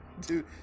Dude